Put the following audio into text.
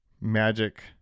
Magic